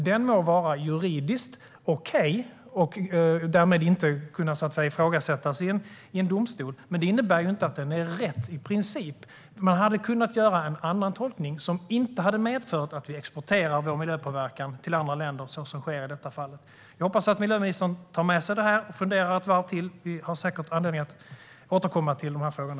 Den må vara juridiskt okej och därmed inte kunna ifrågasättas i en domstol. Men det innebär inte att tolkningen är rätt i princip. Man hade kunnat göra en annan tolkning som inte hade medfört att vi exporterar vår miljöpåverkan till andra länder, såsom sker i detta fall. Jag hoppas att miljöministern tar med sig det här och funderar ett varv till. Vi har säkert anledning att återkomma till frågorna.